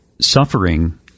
suffering